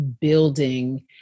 building